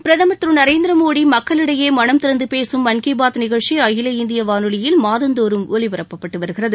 பிரதமர் திரு நரேந்திரமோடி மக்களிடையே மனம் திறந்து பேசும் மன்கீபாத் நிகழ்ச்சி அகில இந்திய வானொலியில் மாதந்தோறும் ஒலிபரப்பப்பட்டு வருகிறது